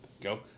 Go